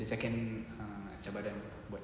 the second ah cabaran buat